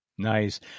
Nice